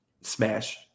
Smash